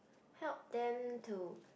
help them to